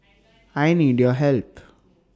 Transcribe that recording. I need your help